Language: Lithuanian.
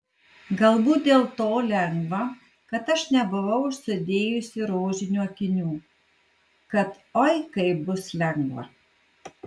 galbūt dėl to lengva kad aš nebuvau užsidėjusi rožinių akinių kad oi kaip bus lengva